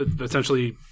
essentially